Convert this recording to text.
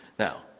Now